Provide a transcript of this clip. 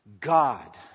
God